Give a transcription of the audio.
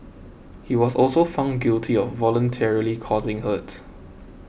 he was also found guilty of voluntarily causing hurt